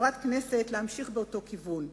כחברת הכנסת כדי להמשיך בכיוון זה.